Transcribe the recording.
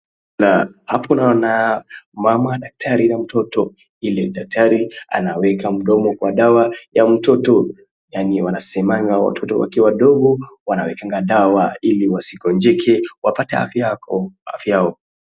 Hapo naona mama, daktari na mtoto, ili daktari anaweka mdomo kwa dawa ya mtoto yaani wanasemanga watoto wakiwa wadogo wanawekanga dawa ili wasigonjeke, wanapata afya yao.